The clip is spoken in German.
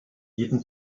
jeden